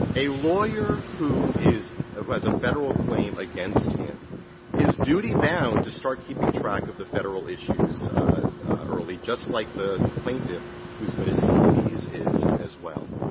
a lawyer who is who has a federal claim against him is duty-bound to start keeping track of the federal issues early, just like the the plaintiff who is going to seek fees is as well.